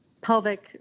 pelvic